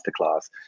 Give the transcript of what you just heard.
Masterclass